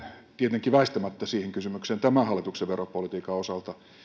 tietenkin väistämättä tämän hallituksen veropolitiikan osalta siihen kysymykseen